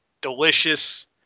delicious